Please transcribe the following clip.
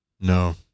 no